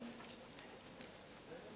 ברק